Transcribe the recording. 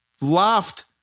laughed